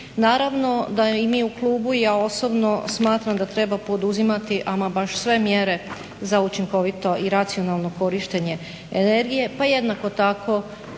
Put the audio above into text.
Naravno da i mi u klubu i ja osobno smatram da treba poduzimati ama baš sve mjere za učinkovito i racionalno korištenje energije pa jednako tako